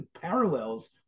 parallels